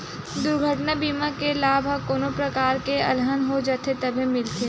दुरघटना बीमा के लाभ ह कोनो परकार ले अलहन हो जाथे तभे मिलथे